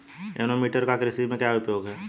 Anemometer का कृषि में क्या उपयोग है?